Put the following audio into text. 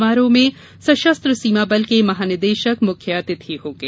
समारोह में सशस्त्र सीमा बल के महानिदेशक मुख्य अतिथि होंगे